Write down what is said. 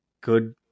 good